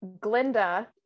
Glinda